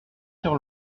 sur